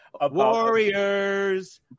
Warriors